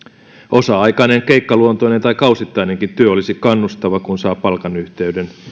osa aikainen keikkaluontoinen tai kausittainenkin työ olisi kannustava kun saa palkan yhteydessä